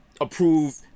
approve